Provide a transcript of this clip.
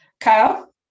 Kyle